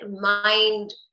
mind